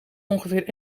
ongeveer